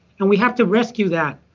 and we have to rescue that.